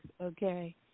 Okay